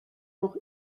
noch